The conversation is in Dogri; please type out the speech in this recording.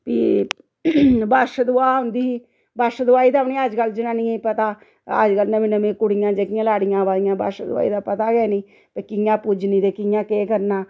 फ्ही बच्छदुआह् औंदी ही बच्छदुआह् ते अज्जकल जनानियें गी पता अज्जकल नमीं नमीं कुड़ियां जेह्कियां लाड़ियां आवा दियां बच्छदुआह् एह्दा पता गै नी भई कि'यां पूजनी ते कि'यां केह् करना